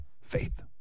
Faith